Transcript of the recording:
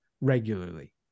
regularly